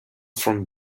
from